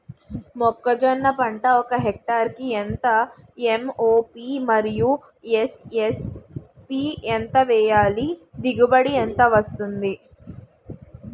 మొక్కజొన్న పంట ఒక హెక్టార్ కి ఎంత ఎం.ఓ.పి మరియు ఎస్.ఎస్.పి ఎంత వేయాలి? దిగుబడి ఎంత వస్తుంది?